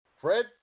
Fred